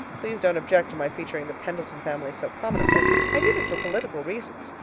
please don't object to my featuring the pendleton family so prominently. i did it for political reasons.